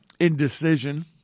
indecision